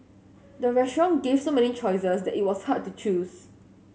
the restaurant gave so many choices that it was hard to choose